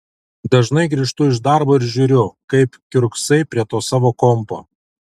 dažnai grįžtu iš darbo ir žiūriu kaip kiurksai prie to savo kompo